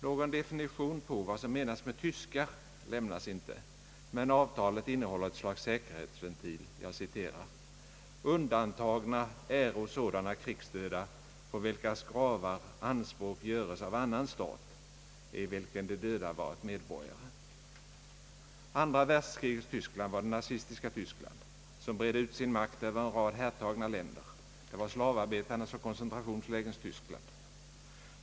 Någon definition på vad som menas med tyskar lämnas inte, men avtalet innehåller ett slags säkerhetsventil: »Undantagna äro sådana krigsdöda på vilkas gravar anspråk göres av annan stat, i vilken de döda varit medborgare.» Andra världskrigets Tyskland var det nazistiska Tyskland som bredde ut sin makt över en rad härtagna länder — det var slavarbetarnas och koncentrationslägrens Tyskland.